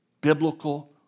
biblical